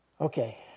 Okay